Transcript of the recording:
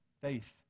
faith